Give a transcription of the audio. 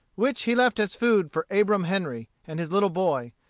which he left as food for abram henry and his little boy,